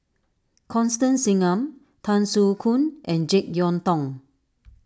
Constance Singam Tan Soo Khoon and Jek Yeun Thong